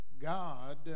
God